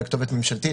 אלא כתובת ממשלתית,